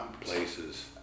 places